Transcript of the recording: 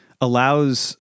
allows